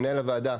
מנהל הוועדה,